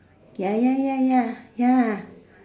ya ya ya ya ya